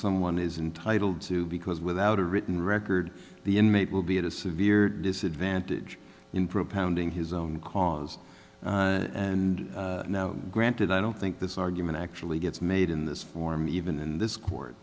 someone is entitle to because without a written record the inmate will be at a severe disadvantage in propounding his own cause and granted i don't think this argument actually gets made in this form even in this c